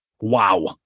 Wow